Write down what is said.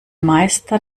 meister